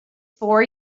for